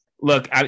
Look